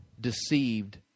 deceived